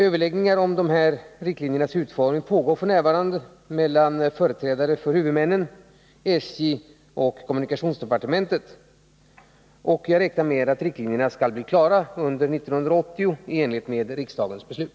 Överläggningar om riktlinjernas utformning pågår f.n. mellan företrädare för huvudmännen, SJ och kommunikationsdepartementet. Jag räknar med att riktlinjerna skall bli klara under 1980 i enlighet med riksdagens beslut.